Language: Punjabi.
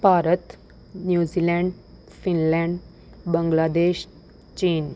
ਭਾਰਤ ਨਿਊਜ਼ੀਲੈਂਡ ਫਿਨਲੈਂਡ ਬੰਗਲਾਦੇਸ਼ ਚੀਨ